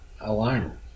alone